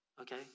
okay